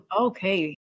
Okay